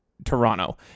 Toronto